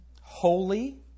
Holy